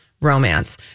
romance